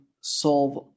solve